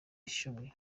bishoboye